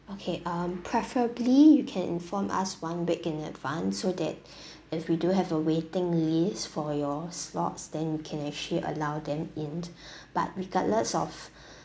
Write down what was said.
okay um preferably you can inform us one week in advance so that if we do have a waiting list for your slots then we can actually allow them in but regardless of